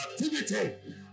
activity